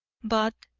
but,